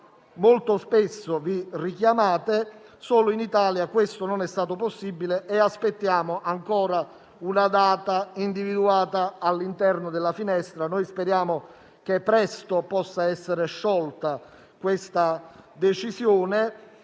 molto spesso vi richiamate. Solo in Italia questo non è stato possibile e aspettiamo ancora una data individuata all'interno della finestra. Speriamo che la decisione possa essere presa al più